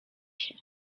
się